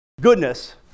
goodness